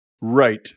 Right